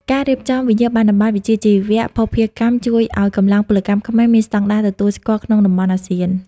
ការរៀបចំ "វិញ្ញាបនបត្រវិជ្ជាជីវៈភស្តុភារកម្ម" ជួយឱ្យកម្លាំងពលកម្មខ្មែរមានស្ដង់ដារទទួលស្គាល់ក្នុងតំបន់អាស៊ាន។